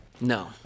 No